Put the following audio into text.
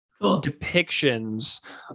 depictions